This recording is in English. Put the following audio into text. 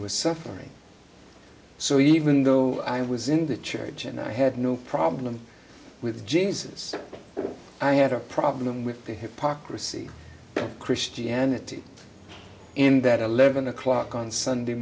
were suffering so even though i was in the church and i had no problem with jesus i had a problem with the hypocrisy of christianity in that eleven o'clock on sunday